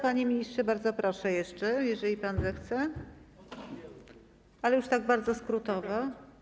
Panie ministrze, bardzo proszę jeszcze raz, jeżeli pan zechce, ale już tak bardzo skrótowo.